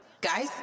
Guys